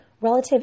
relative